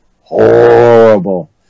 Horrible